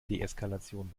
deeskalation